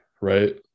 right